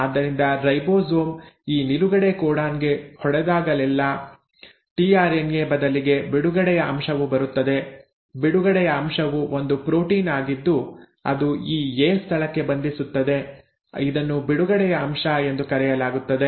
ಆದ್ದರಿಂದ ರೈಬೋಸೋಮ್ ಈ ನಿಲುಗಡೆ ಕೋಡಾನ್ ಗೆ ಹೊಡೆದಾಗಲೆಲ್ಲಾ ಟಿಆರ್ಎನ್ಎ ಬದಲಿಗೆ ಬಿಡುಗಡೆಯ ಅಂಶವು ಬರುತ್ತದೆ ಬಿಡುಗಡೆಯ ಅಂಶವು ಒಂದು ಪ್ರೋಟೀನ್ ಆಗಿದ್ದು ಅದು ಈ ಎ ಸ್ಥಳಕ್ಕೆ ಬಂಧಿಸುತ್ತದೆ ಇದನ್ನು ಬಿಡುಗಡೆ ಅಂಶ ಎಂದು ಕರೆಯಲಾಗುತ್ತದೆ